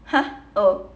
!huh! oh